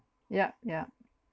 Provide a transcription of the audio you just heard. yup yup